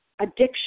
addiction